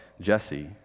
Jesse